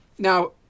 Now